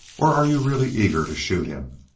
or are you really eager to shoot him?